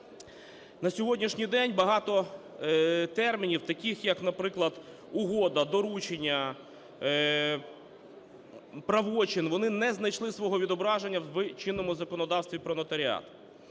на сьогоднішній день багато термінів, таких як, наприклад, "угода", "доручення", "правочин", вони не знайшли свого відображення в чинному законодавстві про нотаріат.